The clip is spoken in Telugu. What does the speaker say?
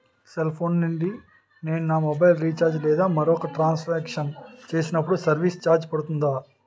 సెల్ ఫోన్ నుండి నేను నా మొబైల్ రీఛార్జ్ లేదా మరొక ట్రాన్ సాంక్షన్ చేసినప్పుడు సర్విస్ ఛార్జ్ పడుతుందా?